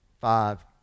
five